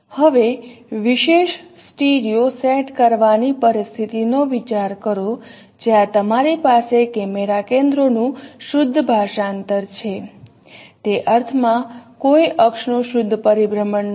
હવે વિશેષ stereo set કરવાની પરિસ્થિતિનો વિચાર કરો જ્યાં તમારી પાસે કેમેરા કેન્દ્રોનું શુદ્ધ ભાષાંતર છે તે અર્થમાં કોઈ અક્ષનું શુદ્ધ પરિભ્રમણ નથી